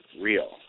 real